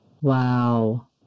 Wow